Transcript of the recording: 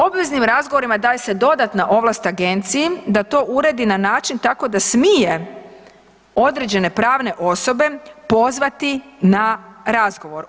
Obveznim razgovorima daje se dodatna ovlast agenciji da to uredi na način tako da smije određene pravne osobe pozvati na razgovor.